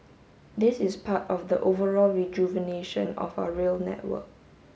this is part of the overall rejuvenation of our rail network